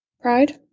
Pride